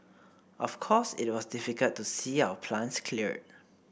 of course it was difficult to see our plants cleared